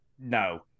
no